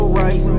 right